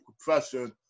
profession